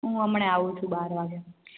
હું હમણાં આવું છું બાર વાગ્યે